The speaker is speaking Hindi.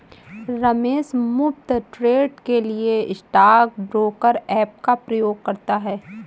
रमेश मुफ्त ट्रेड के लिए स्टॉक ब्रोकर ऐप का उपयोग करता है